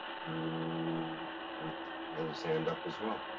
who would. has his hand up as well.